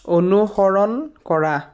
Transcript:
অনুসৰণ কৰা